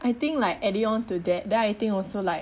I think like adding onto that then I think also like